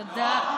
תודה.